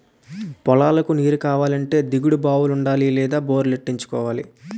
పొలాలకు నీరుకావాలంటే దిగుడు బావులుండాలి లేదా బోరెట్టుకోవాలి